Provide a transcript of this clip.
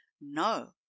no